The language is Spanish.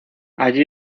allí